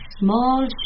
small